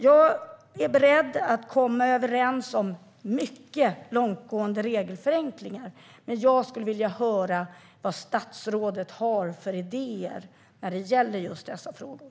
Jag är beredd att komma överens om mycket långtgående regelförenklingar. Men jag skulle vilja höra vad statsrådet har för idéer när det gäller just dessa frågor.